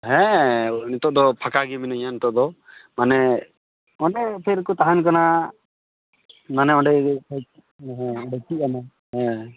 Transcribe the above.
ᱦᱮᱸ ᱱᱤᱛᱚᱜ ᱫᱚ ᱯᱷᱟᱸᱠᱟ ᱜᱮ ᱢᱤᱱᱟᱹᱧᱟ ᱱᱤᱛᱚᱜ ᱫᱚ ᱢᱟᱱᱮ ᱚᱱᱮ ᱠᱷᱮᱞ ᱠᱚ ᱛᱟᱦᱮᱱ ᱠᱟᱱᱟ ᱢᱟᱱᱮ ᱚᱸᱰᱮ ᱜᱮ ᱦᱮᱸ ᱦᱮᱸ ᱜᱟᱛᱮᱜ ᱠᱟᱱᱟ ᱦᱮᱸ